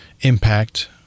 impact